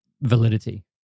validity